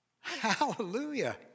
Hallelujah